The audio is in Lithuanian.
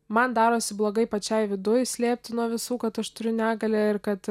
man darosi blogai pačiai viduj slėpti nuo visų kad aš turiu negalią ir kad